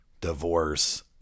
divorce